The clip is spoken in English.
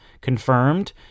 confirmed